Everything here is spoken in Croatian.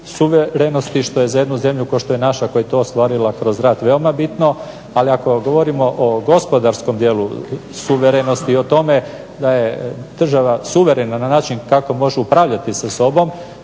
suverenosti što je za jednu zemlju kao što je naša koja je to ostvarila kroz rad veoma bitno. Ali ako govorimo o gospodarskom dijelu suverenosti i o tome da je država suverena na način kako možeš upravljati sa sobom